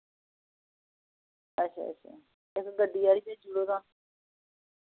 अच्छा अच्छा इक गड्डी हारी भेजूड़ो तां